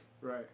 Right